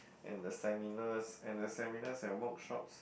and there's seminars and the seminars and workshops